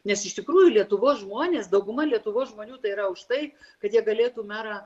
nes iš tikrųjų lietuvos žmonės dauguma lietuvos žmonių tai yra už tai kad jie galėtų merą